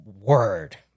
word